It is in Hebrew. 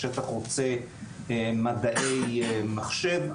השטח רוצה מדעי מחשב.